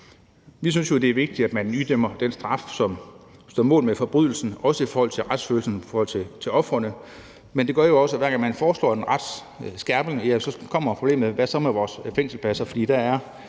Vi synes jo, det er vigtigt, at man idømmer den straf, som står mål med forbrydelsen, også i forhold til retsfølelsen for ofrene, men det gør jo også, at hver gang man foreslår en retsskærpelse, kommer problemet med, hvad der så skal ske med vores fængselspladser, for der er